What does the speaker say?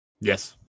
Yes